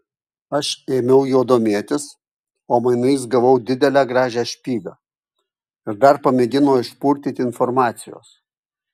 aš ėmiau juo domėtis o mainais gavau didelę gražią špygą ir dar pamėgino išpurtyti informacijos